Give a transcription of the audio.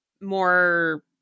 more